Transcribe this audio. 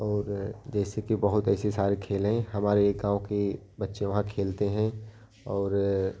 और जैसे कि बहुत ऐसे सारे खेल हैं और हमारे गाँव के बच्चे वहाँ खेलते हैं और